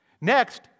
Next